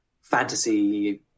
fantasy